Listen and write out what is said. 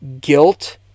Guilt